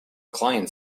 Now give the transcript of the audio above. client